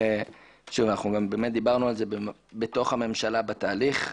דיברנו על זה בתוך הממשלה בתהליך.